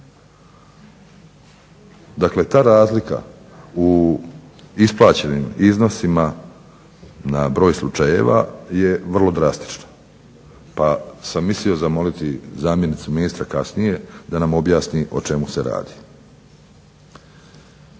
Dakle, ta razlika u isplaćenim iznosima na broj slučajeva je vrlo drastična, pa sam mislio zamoliti zamjenicu ministra kasnije da nam objasni o čemu se radi.